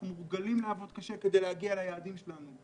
אנחנו מורגלים לעבוד קשה כדי להגיע ליעדים שלנו.